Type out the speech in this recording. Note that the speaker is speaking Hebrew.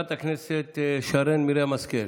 חברת הכנסת שרן מרים השכל,